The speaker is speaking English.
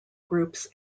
groups